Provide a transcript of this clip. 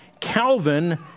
Calvin